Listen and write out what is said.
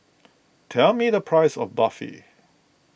tell me the price of Barfi